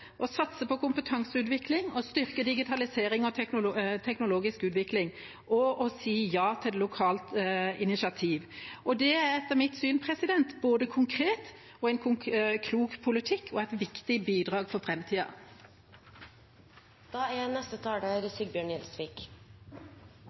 å spille på lag med det lokale næringslivet å satse på kompetanseutvikling å styrke digitalisering og teknologisk utvikling å si ja til lokalt initiativ Det er etter mitt syn både konkret og en klok politikk og et viktig bidrag for framtida. Det er